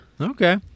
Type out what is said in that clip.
Okay